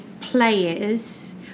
players